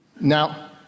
Now